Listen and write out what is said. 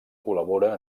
col·labora